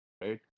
right